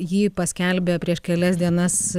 jį paskelbė prieš kelias dienas